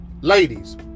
ladies